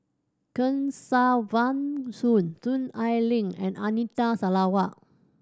Kesavan Soon Soon Ai Ling and Anita Sarawak